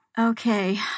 Okay